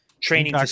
training